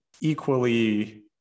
equally